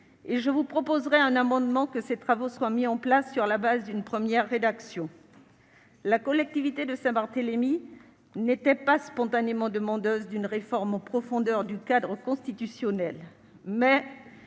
Je vous proposerai, par voie d'amendement, que ces travaux soient mis en oeuvre sur le fondement d'une première rédaction. La collectivité de Saint-Barthélemy n'était pas spontanément demandeuse d'une réforme en profondeur du cadre constitutionnel, mais